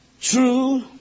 true